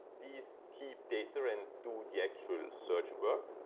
these keep data and do the actual search work.